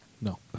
No